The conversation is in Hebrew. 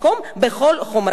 בכל חומרת הדין,